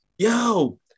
Yo